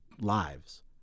lives